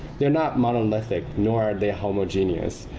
they're not monolithic, nor are they homogeneous.